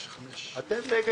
מנסים במסגרת הקיים,